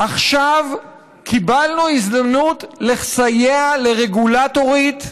עכשיו קיבלנו הזדמנות לסייע לרגולטורית,